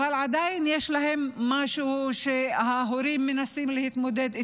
עדיין יש להם משהו שההורים שלהם מנסים להתמודד איתו.